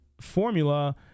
formula